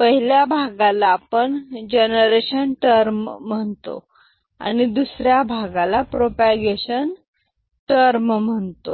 पहिल्या भागाला आपण जनरेशन टर्म म्हणतो आणि दुसऱ्या भागाला प्रोपागेशन टर्म म्हणतो